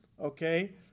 okay